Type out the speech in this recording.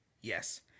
yes